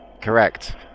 Correct